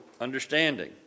understanding